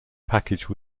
package